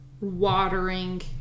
watering